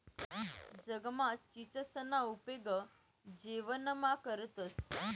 जगमा चीचसना उपेग जेवणमा करतंस